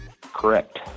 Correct